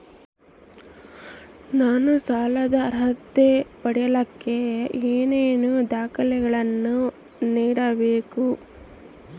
ನಾನು ಸಾಲದ ಅರ್ಹತೆ ಪಡಿಲಿಕ್ಕೆ ಏನೇನು ದಾಖಲೆಗಳನ್ನ ನೇಡಬೇಕು?